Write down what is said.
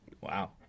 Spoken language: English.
Wow